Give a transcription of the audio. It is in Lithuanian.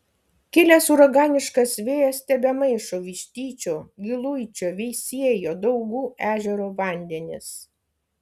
kilęs uraganiškas vėjas tebemaišo vištyčio giluičio veisiejo daugų ežero vandenis